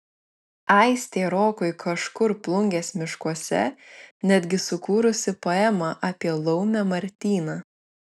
aistė rokui kažkur plungės miškuose netgi sukūrusi poemą apie laumę martyną